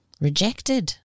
rejected